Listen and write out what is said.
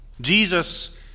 Jesus